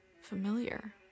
familiar